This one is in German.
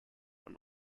und